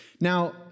Now